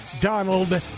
Donald